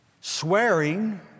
swearing